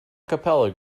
capella